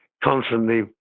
Constantly